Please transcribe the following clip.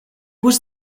was